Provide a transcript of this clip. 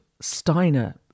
Steiner